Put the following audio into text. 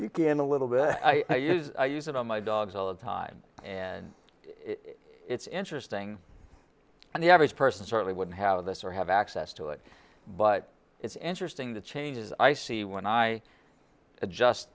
you can a little bit i use it on my dogs all the time and it's interesting and the average person certainly wouldn't have this or have access to it but it's interesting the changes i see when i just